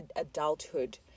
adulthood